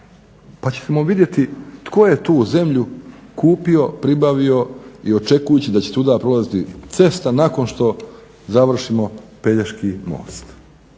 pa ćemo vidjeti tko je tu zemlju kupio, pribavio i očekujući da će tu prolaziti cesta nakon što završimo Pelješki most